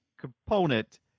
component